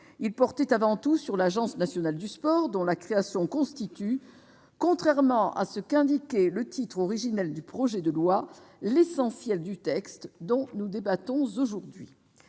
portaient avant tout sur l'Agence nationale du sport, dont la création constitue, contrairement à ce qu'indiquait le titre originel du projet de loi, l'essentiel du texte dont nous débattons aujourd'hui.